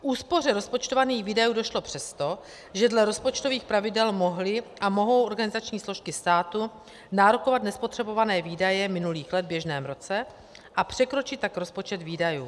K úspoře rozpočtovaných výdajů došlo přesto, že dle rozpočtových pravidel mohly a mohou organizační složky státu nárokovat nespotřebované výdaje minulých let v běžném roce a překročit tak rozpočet výdajů.